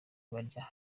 baryama